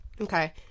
okay